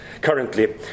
currently